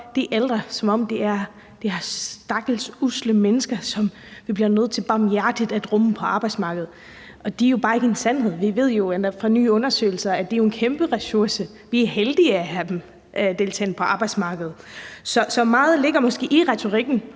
de ældre, som om de er de her stakkels, usle mennesker, som vi barmhjertigt bliver nødt til at rumme på arbejdsmarkedet, og det er jo bare ikke en sandhed. Vi ved jo, endda fra nye undersøgelser, at de er en kæmpe ressource, og at vi er heldige at have dem til at deltage på arbejdsmarkedet. Så meget af det ligger måske i retorikken,